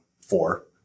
four